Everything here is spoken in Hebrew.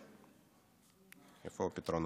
ואיפה הפתרונות.